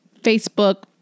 Facebook